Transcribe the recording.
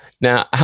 Now